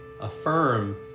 affirm